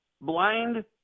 Blind